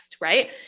right